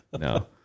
no